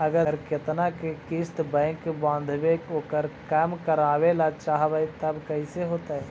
अगर जेतना के किस्त बैक बाँधबे ओकर कम करावे ल चाहबै तब कैसे होतै?